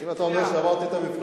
אם אתה אומר שעברתי את המבחן,